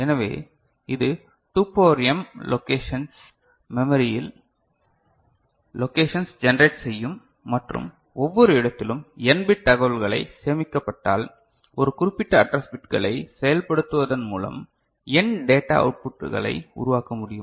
எனவே இது 2 power m locations மெமரியில் லாகேஷன்ஸை ஜெனரேட் செய்யும் மற்றும் ஒவ்வொரு இடத்திலும் n பிட் தகவல்கள் சேமிக்கப்பட்டால் ஒரு குறிப்பிட்ட அட்ரஸ் பிட்களைச் செயல்படுத்துவதன் மூலம் n டேட்டா அவுட்புட்களை உருவாக்க முடியும்